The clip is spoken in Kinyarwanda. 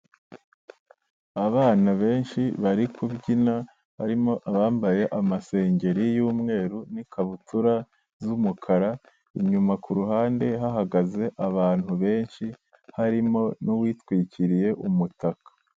Abana benshi bari kubyina barimo abambaye amasengeri y'umweru n'ikabutura z'umukara inyuma kuruhande hahagaze abantu benshi harimo n'uwitwikiriye umutaka.